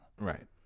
Right